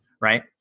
Right